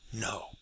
No